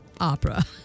opera